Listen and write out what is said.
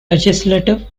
legislative